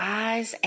eyes